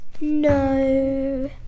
no